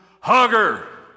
hugger